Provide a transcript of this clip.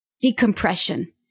decompression